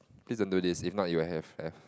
please don't do this if not you will have have